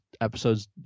episodes